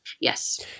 Yes